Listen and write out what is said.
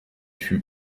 fut